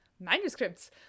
Manuscripts